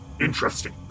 Interesting